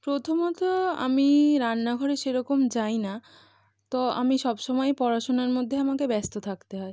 প্রথমত আমি রান্নাঘরে সেরকম যাই না তো আমি সবসময় পড়াশোনার মধ্যে আমাকে ব্যস্ত থাকতে হয়